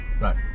right